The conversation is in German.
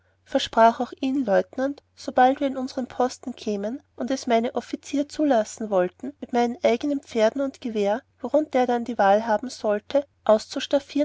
versprach auch ihn leutenant sobald wir in unsern posten kämen und es meine offizier zulassen wollten mit meinen eigenen pferden und gewehr worunter er dann die wahl haben sollte